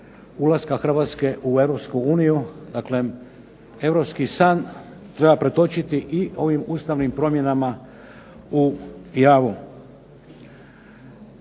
ulaska Hrvatske u Europsku uniju, dakle europski san treba pretočiti i ovim ustavnim promjenama u javu.